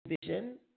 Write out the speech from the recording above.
vision